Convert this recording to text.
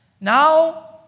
now